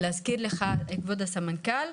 להזכיר לך כבוד הסמנכ"ל,